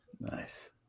nice